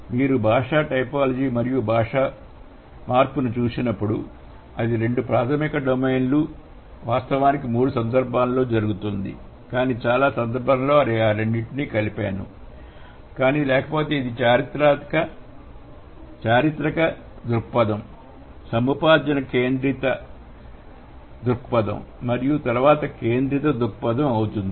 మీరు భాషా టైపాలజీ మరియు భాషా మార్పును చూసినప్పుడు అది రెండు ప్రాథమిక డొమైన్ లు వాస్తవానికి మూడు సందర్భాల్లో జరుగుతుంది కానీ చాలా సందర్భాల్లో నేను ఆ రెండింటినీ కలిపాను కానీ లేకపోతే ఇది చారిత్రక దృక్పథం సముపార్జన కేంద్రిత దృక్పథం మరియు తరువాత కేంద్రిత దృక్పథం అవుతుంది